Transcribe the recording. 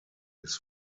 his